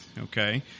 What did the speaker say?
okay